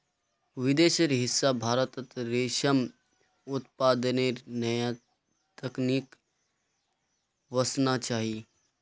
विदेशेर हिस्सा भारतत रेशम उत्पादनेर नया तकनीक वसना चाहिए